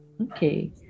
Okay